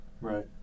Right